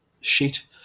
sheet